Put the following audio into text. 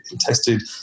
tested